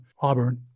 Auburn